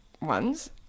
ones